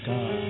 God